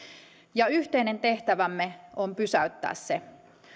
ja yhteinen tehtävämme on pysäyttää se